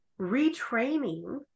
retraining